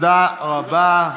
תודה רבה.